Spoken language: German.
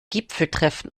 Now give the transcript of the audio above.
gipfeltreffen